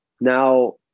now